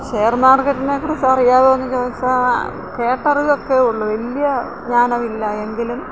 share മാർക്കറ്റിനെ കുറിച്ച് അറിയാമോ എന്ന് ചോദിച്ചാല് കേട്ടറിവൊക്കെയേ ഉള്ളു വലിയ ജ്ഞാനമില്ല എങ്കിലും